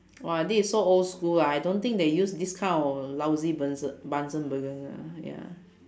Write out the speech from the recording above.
!wah! this is so old school ah I don't think they use this kind of lousy bunse~ bunsen burner uh ya